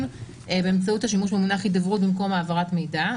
באמצעות השימוש במונח "הידברות" במקום "העברת מידע",